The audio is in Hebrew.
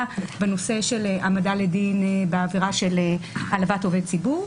בנושא של העמדה לדין בעבירה של העלבת עובד ציבור.